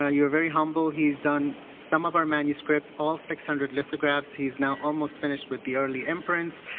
ah you're very humble. he's done some of our manuscripts, all six hundred lithographs. he's now almost finished with the early imprints.